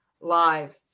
live